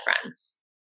friends